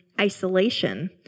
isolation